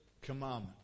commandment